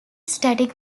static